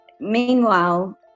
meanwhile